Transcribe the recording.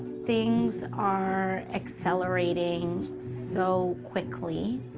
things are accelerating so quickly.